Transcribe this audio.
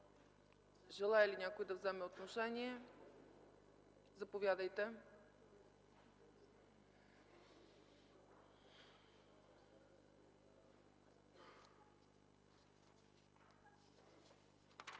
желае ли да вземе отношение? Заповядайте.